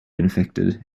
infected